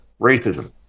racism